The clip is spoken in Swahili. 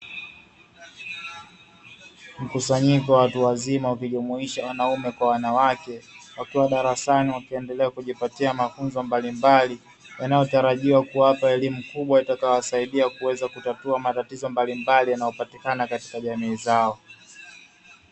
Mkusanyiko wa watu wazima, ukijumuisha wanaume kwa wanawake. Wakiwa darasani wakiendelea kujipatia mafunzo mbalimbali, yanayotarajiwa kuwapa elimu kubwa itakayowasaidia kuweza kutatua matatizo mbalimbali yanayopatikana katika jamii zao.